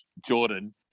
jordan